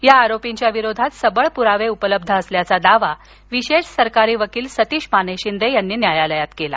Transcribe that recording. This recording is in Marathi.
या आरोपींच्या विरोधात सबळ पुरावे उपलब्ध असल्याचा दावा विशेष सरकारी वकील सतीश माने शिंदे यांनी न्यायालयात केला